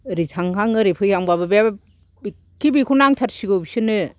ओरै थांहां ओरै फैहां बाबो बे एखे बिखौ नांथारसिगौ बिसोरनो